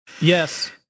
Yes